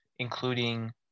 including